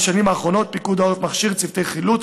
בשנים האחרונות פיקוד העורף מכשיר צוותי חילוץ